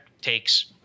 takes